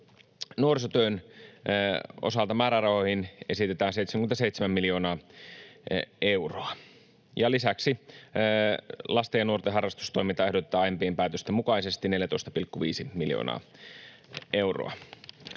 Nuorisotyön osalta määrärahoihin esitetään 77 miljoonaa euroa. Lisäksi lasten ja nuorten harrastustoimintaan ehdotetaan aiempien päätösten mukaisesti 14,5 miljoonaa euroa.